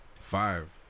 Five